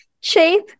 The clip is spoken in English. shape